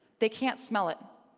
they can't smell it.